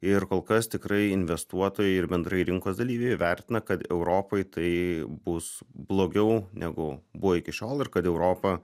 ir kol kas tikrai investuotojai ir bendrai rinkos dalyviai vertina kad europai tai bus blogiau negu buvo iki šiol ir kad europa